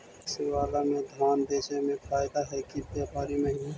PACS बाला में धान बेचे मे फायदा है कि व्यापारी महिना?